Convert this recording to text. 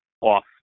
off